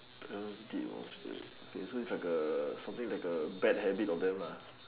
so is like a something like a bad habit of them